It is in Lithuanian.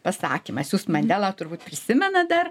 pasakymas jūs mandelą turbūt prisimenat dar